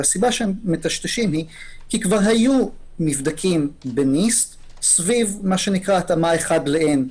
והסיבה היא כי כבר היו נבדקים ב-nist סביב התאמה אחד ל-N.